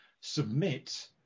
submit